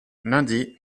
lundi